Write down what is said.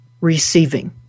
receiving